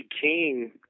King